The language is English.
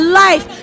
life